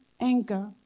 anger